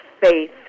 faith